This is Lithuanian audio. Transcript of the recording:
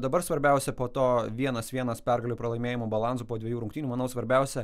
dabar svarbiausia po to vienas vienas pergalių pralaimėjimų balansų po dvejų rungtynių manau svarbiausia